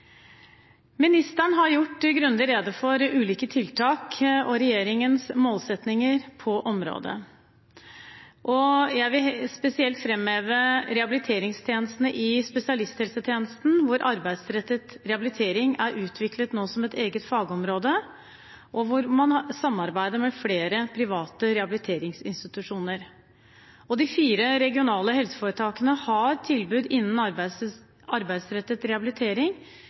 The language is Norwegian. Ministeren har gjort grundig rede for ulike tiltak og regjeringens målsettinger på området. Jeg vil spesielt framheve rehabiliteringstjenestene i spesialisthelsetjenesten, hvor arbeidsrettet rehabilitering nå er utviklet som et eget fagområde, og hvor man samarbeider med flere private rehabiliteringsinstitusjoner. De fire regionale helseforetakene har tilbud innen arbeidsrettet rehabilitering,